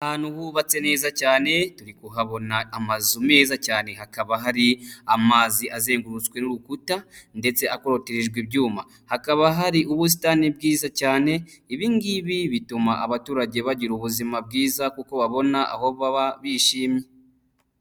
Ahantu hubatse neza cyane turikuhabona amazu meza cyane hakaba hari amazi azengurutswe n'urukuta ndetse akorotirijwe ibyuma, hakaba hari ubusitani bwiza cyane, ibi ngibi bituma abaturage bagira ubuzima bwiza kuko babona aho baba bishimye.